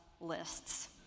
lists